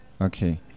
okay